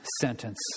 sentence